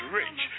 rich